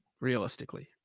realistically